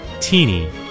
Teeny